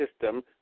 system